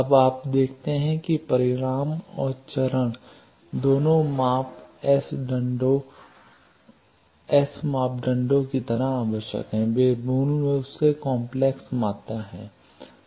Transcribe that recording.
अब आप देखते हैं कि परिमाण और चरण दोनों माप एस मापदंडों की तरह आवश्यक हैं वे मूल रूप से काम्प्लेक्स मात्रा हैं